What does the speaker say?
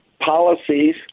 policies